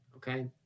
Okay